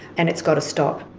and it's got to stop.